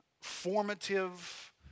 formative